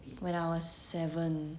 when I was seven